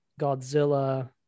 godzilla